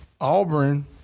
Auburn